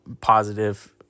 positive